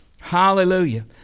hallelujah